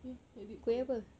ya I did kuih